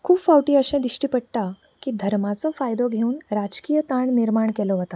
खूब फावटी अशें दिश्टी पडटा की धर्माचो फायदो घेवन राजकीय ताण निर्माण केलो वता